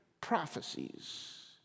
prophecies